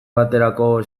baterako